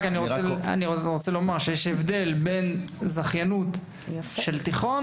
אני רוצה לומר שיש הבדל בין זכיינות של תיכון